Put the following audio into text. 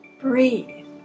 Breathe